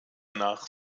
nach